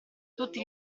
tutti